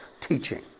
teaching